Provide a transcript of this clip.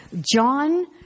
John